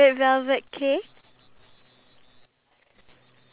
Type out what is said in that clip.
my worst module C_N_N ah